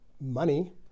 money